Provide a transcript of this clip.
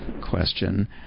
question